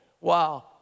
Wow